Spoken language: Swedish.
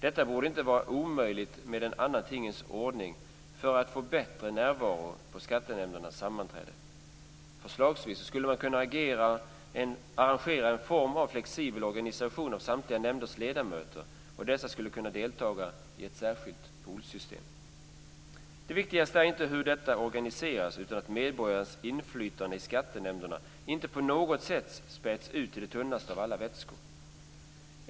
Det borde inte vara omöjligt med en annan tingens ordning för att få bättre närvaro på skattenämndernas sammanträden. Förslagsvis skulle man kunna arrangera en form av flexibel organisation av samtliga nämnders ledamöter och dessa skulle kunna deltaga i ett särskilt "poolsystem". Det viktigaste är inte hur detta organiseras utan att medborgarnas inflytande i skattenämnderna inte på något sätt späds ut till den tunnaste av alla vätskor.